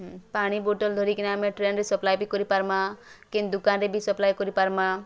ପାଣି ବୋଟଲ୍ ଧରି କିନା ଆମେ ଟ୍ରେନ୍ରେ ସପ୍ଲାଏ ବି କରିପାରମା କେନ୍ ଦୁକାନ୍ରେ ବି ସପ୍ଲାଏ କରିପାରମା